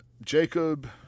Jacob